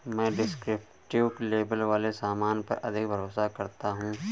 मैं descriptive label वाले सामान पर अधिक भरोसा करता हूं